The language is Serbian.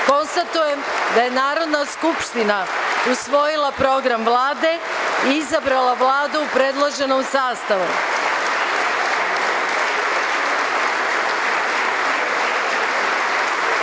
konstatujem da je Narodna skupština usvojila program Vlade i izabrala Vladu u predloženom